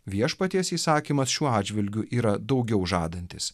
viešpaties įsakymas šiuo atžvilgiu yra daugiau žadantis